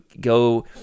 go